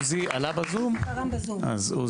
עוזי ברעם, בבקשה.